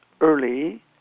early